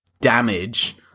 damage